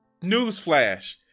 newsflash